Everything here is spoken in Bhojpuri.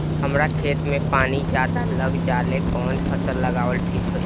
हमरा खेत में पानी ज्यादा लग जाले कवन फसल लगावल ठीक होई?